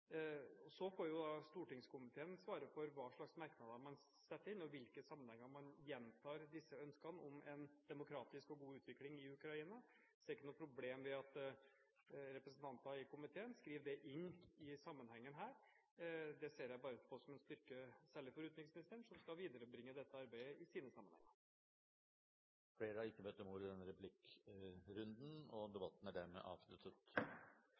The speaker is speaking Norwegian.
Så får da stortingskomiteen svare for hva slags merknader man setter inn, og i hvilke sammenhenger man gjentar ønskene om en demokratisk og god utvikling i Ukraina. Jeg ser ikke noe problem ved at representanter i komiteen skriver det inn i sammenhengen her. Det ser jeg bare på som en styrke, særlig for utenriksministeren, som skal viderebringe dette arbeidet i sine sammenhenger. Replikkordskiftet er avsluttet. Flere har ikke bedt om ordet til sak nr. 5. Etter ønske fra kommunal- og